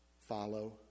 Follow